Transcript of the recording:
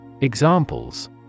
Examples